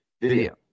video